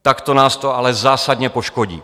Takto nás to ale zásadně poškodí.